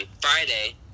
Friday